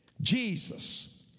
Jesus